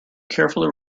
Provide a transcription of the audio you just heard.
carefully